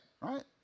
right